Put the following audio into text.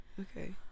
Okay